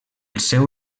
seu